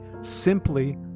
simply